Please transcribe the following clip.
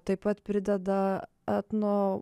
taip pat prideda etno